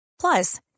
Plus